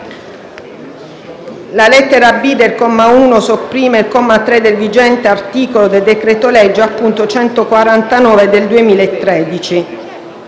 La lettera *b)* del comma 1 sopprime il comma 3 del vigente articolo 5 del citato decreto-legge n. 149 del 2013.